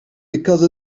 because